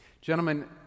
Gentlemen